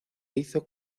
hizo